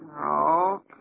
No